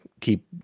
keep